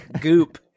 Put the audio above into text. goop